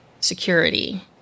security